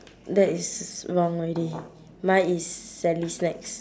that is wrong already mine is sally snacks